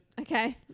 Okay